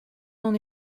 n’en